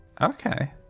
okay